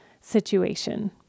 situation